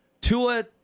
Tua